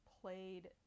played